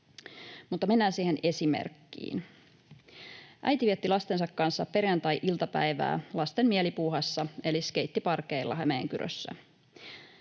siihen esimerkkiin: Äiti vietti lastensa kanssa perjantai-iltapäivää lasten mielipuuhassa eli skeittiparkeilla Hämeenkyrössä.